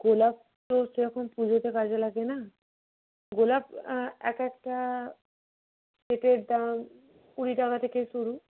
গোলাপ ফুল সেরকম পুজোতে কাজে লাগে না গোলাপ এক একটা সেটের দাম কুড়ি টাকা থেকে শুরু